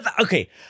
Okay